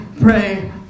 pray